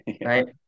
right